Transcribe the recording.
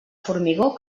formigó